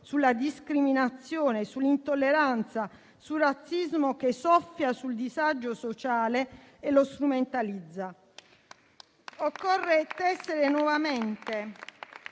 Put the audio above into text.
sulla discriminazione, sull'intolleranza e sul razzismo, che soffia sul disagio sociale e lo strumentalizza. Occorre tessere nuovamente